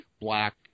Black